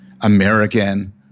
American